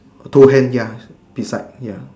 two hand ya beside ya